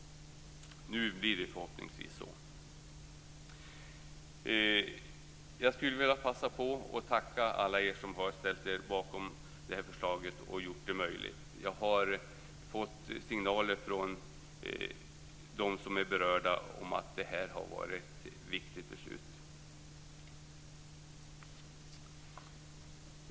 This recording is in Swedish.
Nu blir det förhoppningsvis så. Jag skulle vilja passa på att tacka alla er som har ställt er bakom det här förslaget och gjort det möjligt. Jag har fått signaler från dem som är berörda om att det här har varit ett viktigt beslut.